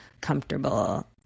comfortable